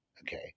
Okay